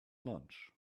lunch